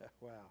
Wow